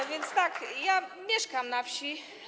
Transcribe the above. A więc tak, ja mieszkam na wsi.